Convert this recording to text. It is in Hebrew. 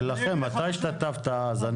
אתה השתתפת אז,